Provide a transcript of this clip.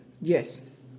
Yes